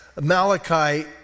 Malachi